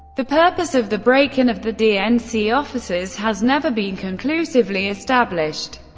the purpose of the break-in of the dnc offices has never been conclusively established.